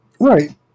Right